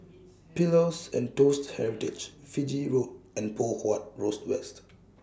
Pillows and Toast Heritage Fiji Road and Poh Huat Roast West